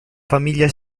famiglia